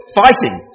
fighting